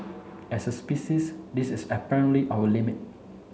as a species this is apparently our limit